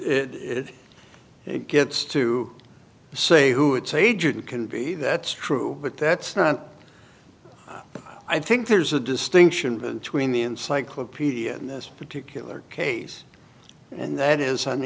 close it gets to say who its agent can be that's true but that's not i think there's a distinction between the encyclopedia in this particular case and that is on